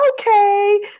Okay